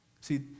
See